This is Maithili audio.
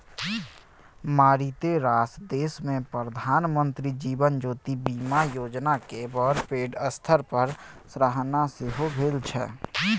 मारिते रास देशमे प्रधानमंत्री जीवन ज्योति बीमा योजनाक बड़ पैघ स्तर पर सराहना सेहो भेल छै